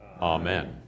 Amen